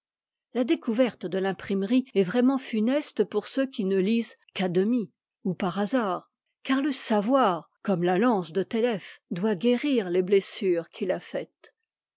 la découverte de l'imprimerie est vraiment funeste pour ceux qui ne lisent qu'à demi ou par hasard car le savoir comme la lance de té éphe doit guérir les blessures qu'il a faites